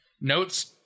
notes